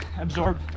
absorb